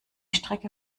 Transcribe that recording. strecke